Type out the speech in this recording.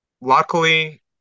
luckily